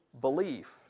belief